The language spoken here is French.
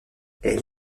elle